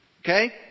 Okay